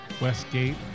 Westgate